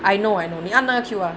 I know I know 你按那个 Q_R